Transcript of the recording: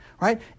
Right